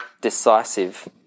decisive